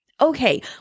Okay